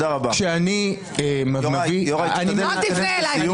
אל תפנה אליי.